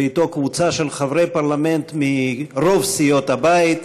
ואתו קבוצה של חברי פרלמנט מרוב סיעות הבית.